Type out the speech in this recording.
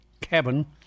cabin